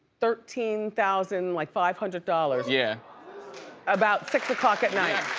thirteen thousand like five hundred dollars yeah about six o'clock at night,